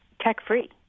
tech-free